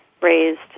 raised